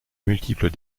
multiples